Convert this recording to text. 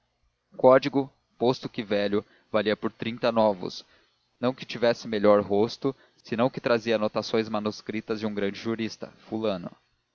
código posto que velho valia por trinta novos não que tivesse melhor rosto senão que trazia anotações manuscritas de um grande jurista fulano